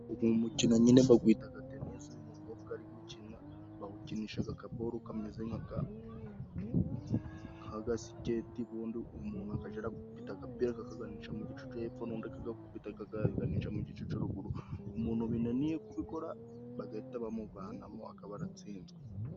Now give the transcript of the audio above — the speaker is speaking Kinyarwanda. Uyu mukino nyine bawita tenisi. Uyu mukobwa ari gukina. Bawukinisha akabora kameze nk'agasiketi. Ubundi umuntu akajya akubita agapira, akakaganisha mu gice cyo hepfo n'undi akagakubita akaganisha mu gice cya ruguru. Umuntu binaniye kubikora bagahita bamuvanamo akaba aratsinzwe.